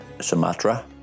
Sumatra